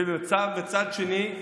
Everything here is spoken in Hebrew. ומצד שני,